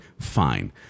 fine